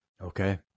Okay